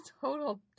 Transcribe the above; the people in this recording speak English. total